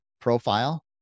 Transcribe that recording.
profile